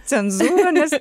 cenzūrą nes